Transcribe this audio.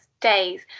days